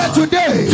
today